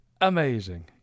Amazing